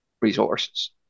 resources